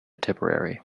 tipperary